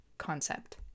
concept